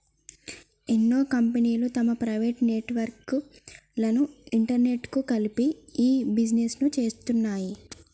ఎన్నో కంపెనీలు తమ ప్రైవేట్ నెట్వర్క్ లను ఇంటర్నెట్కు కలిపి ఇ బిజినెస్ను చేస్తున్నాయి